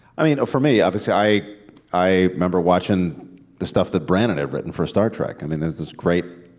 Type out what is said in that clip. i mean, for me, obviously, i i remember watching the stuff that brannon had written for star trek. i mean, there's this great,